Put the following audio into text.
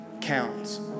counts